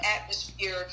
atmosphere